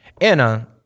Anna